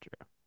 True